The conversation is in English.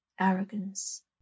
arrogance